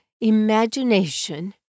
imagination